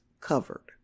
covered